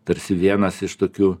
tarsi vienas iš tokių